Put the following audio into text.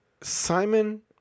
Simon